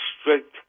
strict